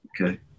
Okay